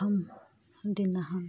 দিনাখন